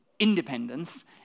Independence